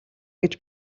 гэж